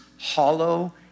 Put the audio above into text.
hollow